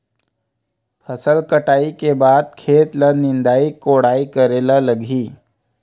फसल कटाई के बाद खेत ल निंदाई कोडाई करेला लगही?